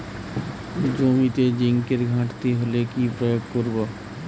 জমিতে জিঙ্কের ঘাটতি হলে কি প্রয়োগ করব?